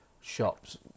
shops